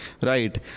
right